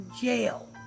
jail